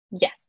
yes